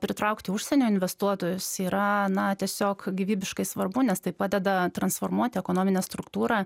pritraukti užsienio investuotojus yra na tiesiog gyvybiškai svarbu nes tai padeda transformuoti ekonominę struktūrą